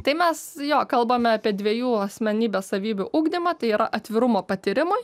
tai mes jo kalbame apie dviejų asmenybės savybių ugdymą tai yra atvirumo patyrimui